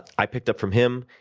i picked up from him,